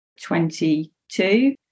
22